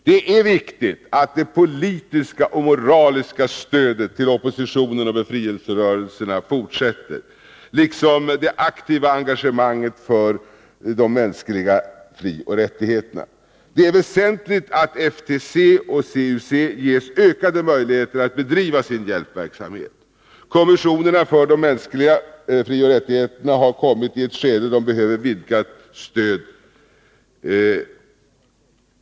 Det är viktigt att det politiska och moraliska stödet till oppositionen och befrielserörelserna fortsätter liksom det aktiva engagemanget för de mänskliga frioch rättigheterna. Det är väsentligt att FTC och CUC ges ökade möjligheter att bedriva sin hjälpverksamhet. Arbetet i kommissionerna för de mänskliga frioch rättigheterna är nu i ett skede då ett vidgat stöd är behövligt.